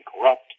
corrupt